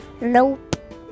Nope